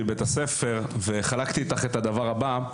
בבית הספר וחלקתי איתך את הדבר הבא.